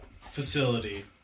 facility